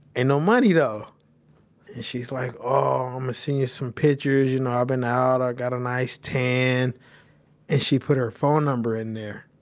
and no money though. and she's like, oh, i'mma send you some pictures. i've ah been out, i got a nice tan and she put her phone number in there.